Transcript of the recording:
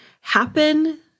happen